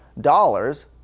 dollars